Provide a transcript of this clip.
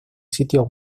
sitio